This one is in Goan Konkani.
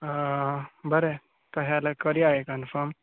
बरें तशें जाल्यार करया हें कनफर्म